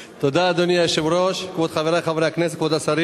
אדוני היושב-ראש, תודה, כבוד חברי חברי הכנסת,